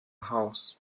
house